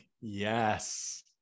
yes